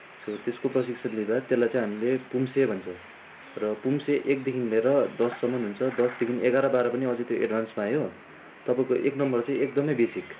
so त्यसको प्रशिक्षण लिँदा त्यसलाई चाहिँ हामीले पुङ्से भन्छ र पुङ्से एकदेखि लिएर दससम्म हुन्छ दसदेखि एघार बाह्र पनि आउँछ त्यो एडभान्समा आयो तपाईँको एक नम्बर चाहिँ एकदमै बेसिक